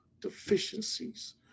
deficiencies